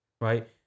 right